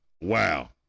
Wow